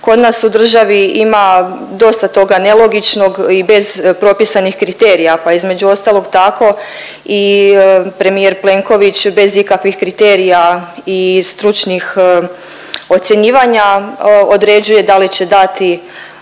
kod nas u državi ima dosta toga nelogičnog i bez propisanih kriterija pa između ostalog tako i premijer Plenković bez ikakvih kriterija i stručnih ocjenjivanja određuje da li će dati